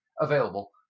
available